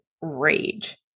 rage